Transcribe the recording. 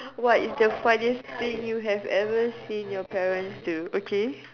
what is the funniest thing you have ever seen your parents do okay